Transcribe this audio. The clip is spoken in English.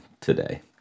today